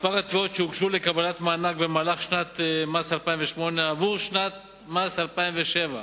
מספר הצעות שהוגשו לקבלת מענק במהלך שנת המס 2008 עבור שנת מס 2007: